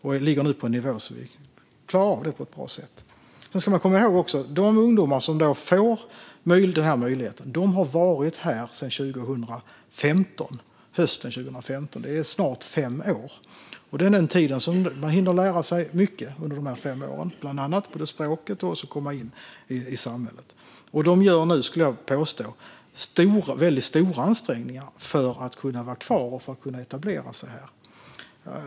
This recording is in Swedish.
Vi ligger nu på en nivå som vi klarar av på ett bra sätt. De ungdomar som får den här möjligheten har varit här sedan hösten 2015. Det är snart fem år. Under de fem åren hinner de lära sig mycket. Det gäller bland annat språket och att komma in i samhället. Jag skulle vilja påstå att de gör väldigt stora ansträngningar för att kunna vara kvar och kunna etablera sig här.